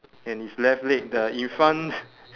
and his left leg the in front